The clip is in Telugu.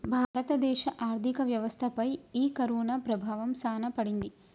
భారత దేశ ఆర్థిక వ్యవస్థ పై ఈ కరోనా ప్రభావం సాన పడింది